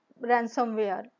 ransomware